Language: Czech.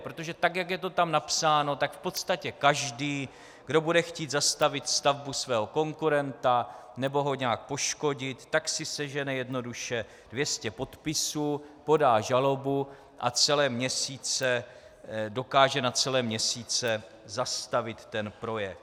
Protože tak jak je to tam napsáno, tak v podstatě každý, kdo bude chtít zastavit stavbu svého konkurenta nebo ho nějak poškodit, tak si sežene jednoduše 200 podpisů, podá žalobu a dokáže na celé měsíce zastavit projekt.